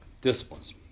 disciplines